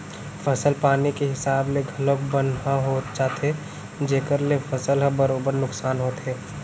फसल पानी के हिसाब ले घलौक बन ह हो जाथे जेकर ले फसल ह बरोबर नुकसान होथे